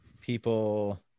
people